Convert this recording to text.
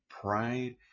pride